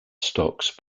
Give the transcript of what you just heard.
stocks